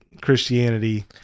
Christianity